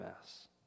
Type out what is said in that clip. mess